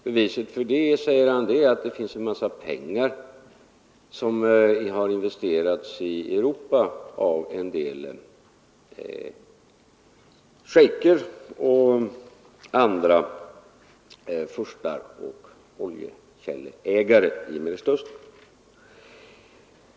Beviset för det, säger herr Clarkson, är att det finns en massa pengar som har investerats i Europa av en del shejker och andra furstar och oljekälleägare i Mellersta Östern.